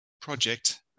project